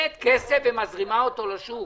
מזרימה כסף לשוק,